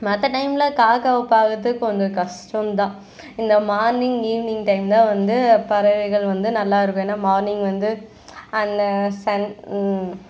மற்ற டைமில் காக்காவை பார்க்கறது கொஞ்சம் கஷ்டந்தான் இந்த மார்னிங் ஈவினிங் டைம் தான் வந்து பறவைகள் வந்து நல்லாயிருக்கும் ஏன்னால் மார்னிங் வந்து அந்த சன்